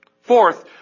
Fourth